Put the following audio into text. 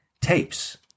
tapes